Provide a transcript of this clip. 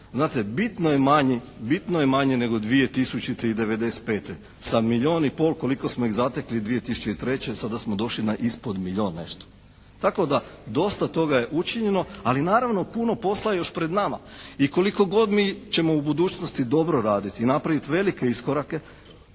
znate bitno je manji nego 2000. i '95. Sa milijun i pol koliko smo iz zatekli 2003. sada smo došli na ispod milijun i nešto. Tako da dosta toga je učinjeno ali naravno puno posla je još pred nama. I koliko god mi ćemo u budućnosti dobro raditi, napraviti velike iskorake